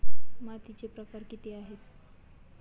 मातीचे प्रकार किती आहेत?